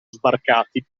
sbarcati